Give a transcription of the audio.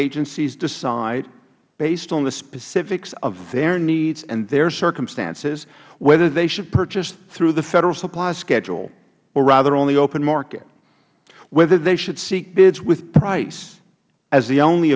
agencies decide based on the specifics of their needs and their circumstances whether they should purchase through the federal supply schedule or on the open market whether they should seek bids with price as the only